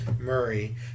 Murray